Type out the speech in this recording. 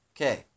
Okay